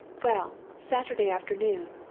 well saturday afternoon,